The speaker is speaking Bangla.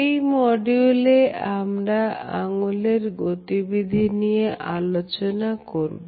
এই মডিউলে আমরা আঙ্গুলের গতিবিধি নিয়ে আলোচনা করব